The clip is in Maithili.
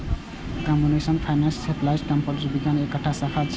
कंप्यूटेशनल फाइनेंस एप्लाइड कंप्यूटर विज्ञान के एकटा शाखा छियै